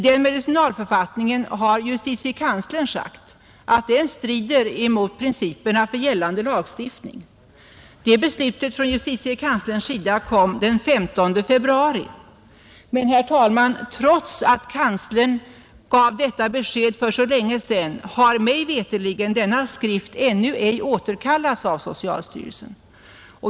Justitiekanslern har sagt att den medicinalförfattningen strider emot principerna för gällande lagstiftning. Det beslutet från justitiekanslerns sida kom den 15 februari, men, herr talman, trots att kanslern gav detta besked för så länge sedan har mig veterligen denna skrift ännu ej återkallats av socialstyrelsen.